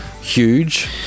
huge